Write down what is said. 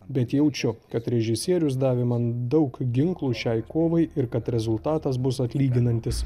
bet jaučiu kad režisierius davė man daug ginklų šiai kovai ir kad rezultatas bus atlyginantis